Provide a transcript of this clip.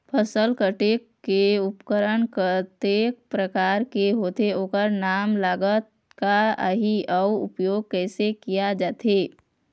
फसल कटेल के उपकरण कतेक प्रकार के होथे ओकर नाम लागत का आही अउ उपयोग कैसे किया जाथे?